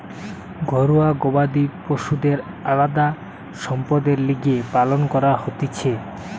ঘরুয়া গবাদি পশুদের আলদা সম্পদের লিগে পালন করা হতিছে